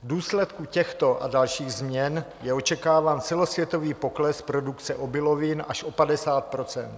V důsledku těchto a dalších změn je očekáván celosvětový pokles produkce obilovin až o 50 %.